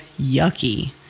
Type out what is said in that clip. yucky